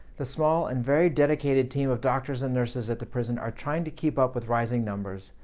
the small and very dedicated team of doctors and nurses at the prison are trying to keep up with rising numbers,